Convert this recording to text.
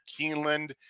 Keeneland